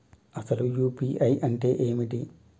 అసలు యూ.పీ.ఐ అంటే ఏమిటి?